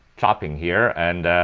chopping here and